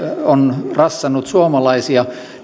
on rassannut suomalaisia